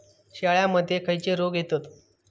शेळ्यामध्ये खैचे रोग येतत?